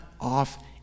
off